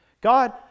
God